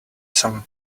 some